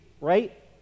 right